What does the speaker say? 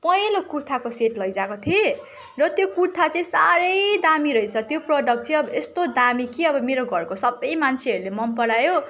पहेँलो कुर्ताको सेट लैजाको थिएँ र त्यो कुर्ता चाहिँ साह्रै दामी रहेछ त्यो प्रडक्ट चाहिँ अब यस्तो दामी कि अब मेरो घरको सबै मान्छेहरूले मनपरायो